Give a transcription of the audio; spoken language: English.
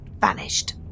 vanished